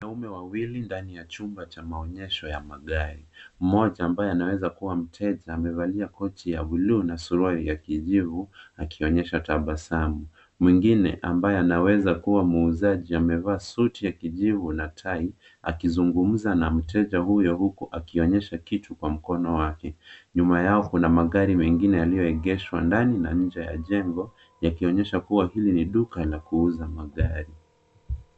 Wanaume wawili wapo ndani ya chumba cha maonyesho ya magari. Mmoja, ambaye anaweza kuwa mteja, amevaa koti la buluu na suruali ya kijivu huku akionyesha tabasamu. Mwingine, ambaye anaweza kuwa muuzaji, amevaa suti ya kijivu na tai, akizungumza na mteja huyo huku akionyesha kitu kwa mkono wake. Nyuma yao kuna magari mengine yaliyoegeshwa ndani, na mazingira ya jengo yanaonyesha kuwa ni duka la kuuza magari.